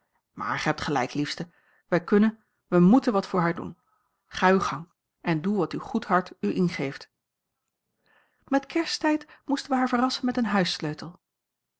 maar gij hebt gelijk liefste wij kunnen wij moeten wat voor haar doen ga uw gang en doe wat uw goed hart u ingeeft met kersttijd moesten wij haar verrassen met een huissleutel